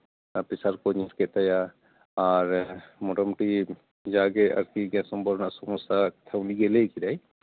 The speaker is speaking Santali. ᱟᱨ ᱯᱮᱥᱟᱨ ᱠᱚᱭ ᱧᱮᱞ ᱠᱮᱫ ᱛᱟᱭᱟ ᱟᱨ ᱢᱚᱴᱟᱢᱩᱴᱤ ᱡᱟᱜᱮ ᱜᱮᱥ ᱚᱢᱵᱚᱞ ᱨᱮᱱᱟᱜ ᱥᱚᱢᱚᱥᱥᱟ ᱩᱱᱤᱜᱮᱭ ᱞᱟᱹᱭ ᱠᱮᱫᱟ